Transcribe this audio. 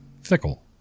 fickle